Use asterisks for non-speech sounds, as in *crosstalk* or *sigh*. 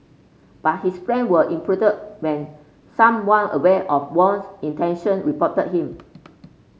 but his plan were *unintelligible* when someone aware of Wang's intention reported him